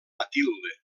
matilde